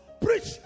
Preach